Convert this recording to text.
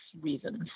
reasons